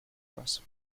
rest